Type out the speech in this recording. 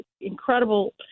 incredible